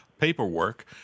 paperwork